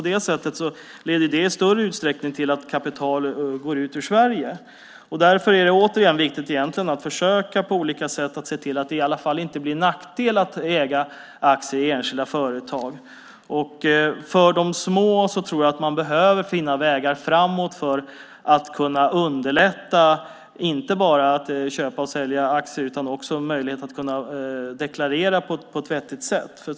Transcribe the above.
Det leder i större utsträckning till att kapital går ut ur Sverige. Därför är det viktigt att försöka på olika sätt se till att det i alla fall inte blir en nackdel att äga aktier i enskilda företag. När det gäller de små tror jag att man behöver finna vägar framåt för att kunna underlätta att köpa och sälja aktier och också ge en möjlighet att kunna deklarera på ett vettigt sätt.